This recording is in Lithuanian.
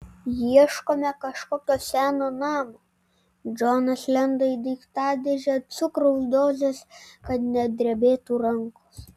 ieškome kažkokio seno namo džonas lenda į daiktadėžę cukraus dozės kad nedrebėtų rankos